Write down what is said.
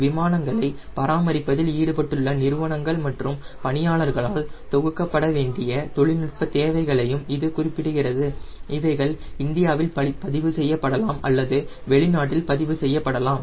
விமானங்களை பராமரிப்பதில் ஈடுபட்டுள்ள நிறுவனங்கள் மற்றும் பணியாளர்களால் தொகுக்கப்பட வேண்டிய தொழில்நுட்ப தேவைகளையும் இது குறிப்பிடுகிறது இவைகள் இந்தியாவில் பதிவு செய்யப்படலாம் அல்லது வெளிநாட்டில் பதிவு செய்யப்படலாம்